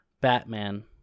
Batman